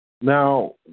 now